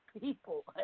people